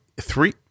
three